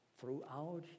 throughout